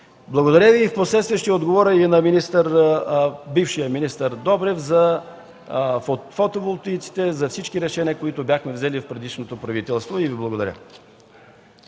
как да се случи. Впоследствие ще отговоря и на бившия министър Добрев за фотоволтаиците, за всички решения, които бяхме взели в предишното правителство. Благодаря